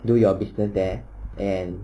do your business there and